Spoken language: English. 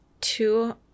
two